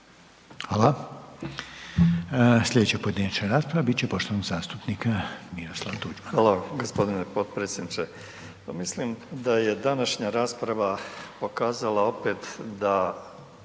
Hvala. Slijedeća pojedinačna rasprava bit će poštovanog zastupnika Miroslava Tuđmana. **Tuđman, Miroslav (HDZ)** Hvala gospodine potpredsjedniče. Mislim da je današnja rasprava pokazala opet da